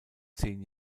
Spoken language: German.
zehn